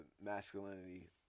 masculinity